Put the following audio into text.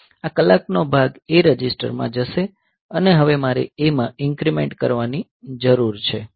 આ કલાકનો ભાગ A રજિસ્ટરમાં જશે અને હવે મારે A માં ઇન્ક્રીમેંટ કરવાની જરૂર છે